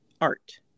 art